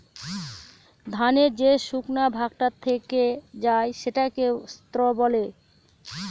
ধানের যে শুকনা ভাগটা থেকে যায় সেটাকে স্ত্র বলে